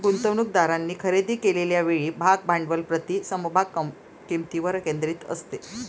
गुंतवणूकदारांनी खरेदी केलेल्या वेळी भाग भांडवल प्रति समभाग किंमतीवर केंद्रित असते